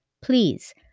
please